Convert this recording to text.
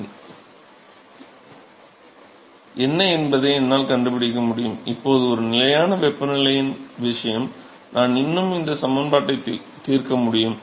என்ன என்பதை என்னால் கண்டுபிடிக்க முடியும் இப்போது இது ஒரு நிலையான வெப்பநிலையின் விஷயம் நான் இன்னும் இந்த சமன்பாட்டை தீர்க்க முடியும்